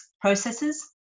processes